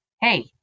hey